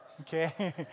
Okay